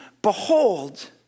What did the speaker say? Behold